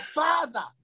father